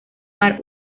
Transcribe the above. mar